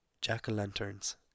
jack-o'-lanterns